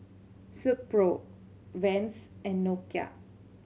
Silkpro Vans and Nokia